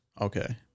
Okay